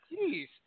Jeez